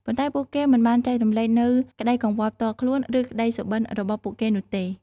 ប៉ុន្តែពួកគេមិនបានចែករំលែកនូវក្តីកង្វល់ផ្ទាល់ខ្លួន ឬក្តីសុបិន្តរបស់ពួកគេនោះទេ។